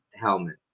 helmet